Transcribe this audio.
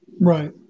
Right